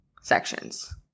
sections